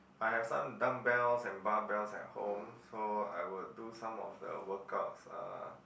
I have some dumb bells and bar bells at home so I would do some of the workouts ah